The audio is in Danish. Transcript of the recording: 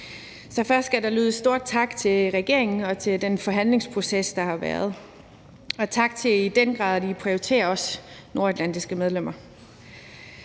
så først skal der lyde stor tak til regeringen for den forhandlingsproces, der har været, og en tak for, at I i den grad prioriterer os nordatlantiske medlemmer.